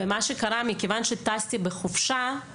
מה שקרה, מכיוון שטסתי בחופשת